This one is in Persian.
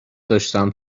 داشتم